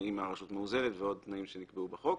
אם הרשות מאוזנת ועוד תנאים שנקבעו בחוק.